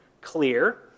clear